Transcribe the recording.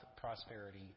prosperity